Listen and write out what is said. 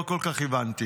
לא כל כך הבנתי,